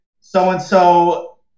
so-and-so